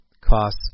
costs